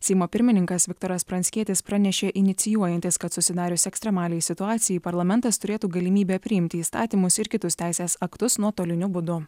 seimo pirmininkas viktoras pranckietis pranešė inicijuojantis kad susidarius ekstremaliai situacijai parlamentas turėtų galimybę priimti įstatymus ir kitus teisės aktus nuotoliniu būdu